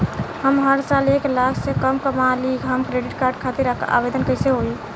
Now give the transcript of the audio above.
हम हर साल एक लाख से कम कमाली हम क्रेडिट कार्ड खातिर आवेदन कैसे होइ?